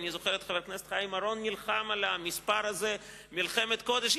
ואני זוכר את חבר הכנסת חיים אורון נלחם על המספר הזה מלחמת קודש,